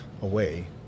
away